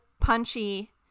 punchy